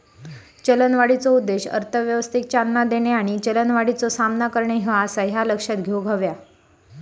चलनवाढीचो उद्देश अर्थव्यवस्थेक चालना देणे आणि चलनवाढीचो सामना करणे ह्यो आसा, ह्या लक्षात घेऊक हव्या